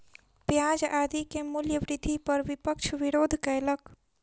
प्याज आदि के मूल्य वृद्धि पर विपक्ष विरोध कयलक